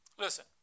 Listen